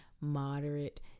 moderate